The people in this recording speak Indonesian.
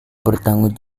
bertanggung